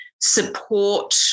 support